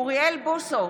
אוריאל בוסו,